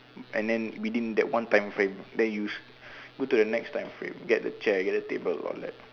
and then within that one time frame then you go to the next time frame get the chair get the table around that